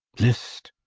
list!